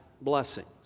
blessings